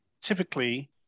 typically